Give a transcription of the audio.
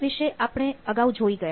વિષે આપણે અગાઉ જોઈ ગયા